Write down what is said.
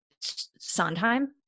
Sondheim